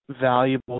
valuable